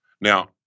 Now